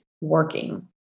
working